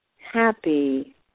happy